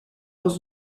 dans